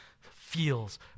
feels